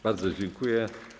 Bardzo dziękuję.